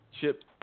chip